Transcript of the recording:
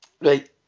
Right